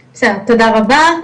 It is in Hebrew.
בסדר, תודה רבה.